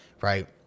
right